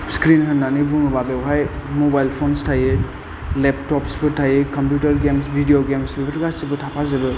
screen होननानै बुङोबा बेवहाय मबाइल फन्स थायो लेपतप्सफोर थायो कम्पिउटार गेम्स भिदिय' गेम्स बेफोर गासैबो थाफाजोबो